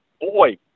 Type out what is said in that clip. boy